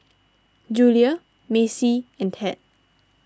Julia Maci and Ted